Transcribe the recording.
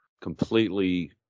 completely